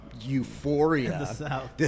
Euphoria